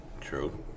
True